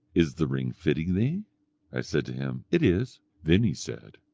is the ring fitting thee i said to him, it is then he said,